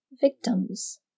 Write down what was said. victims